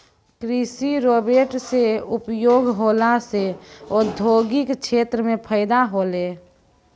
कृषि रोवेट से उपयोग होला से औद्योगिक क्षेत्र मे फैदा होलै